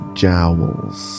jowls